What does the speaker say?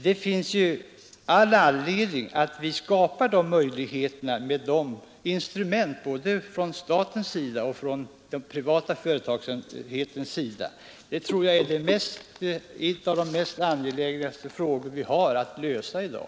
Det finns all anledning att skapa sådana förhållanden med de instrument vi har — både hos staten och inom de privata företagen. Jag tror att det är en av de angelägnaste uppgifter vi har i dag.